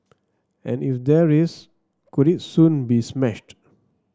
and if there is could it soon be smashed